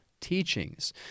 teachings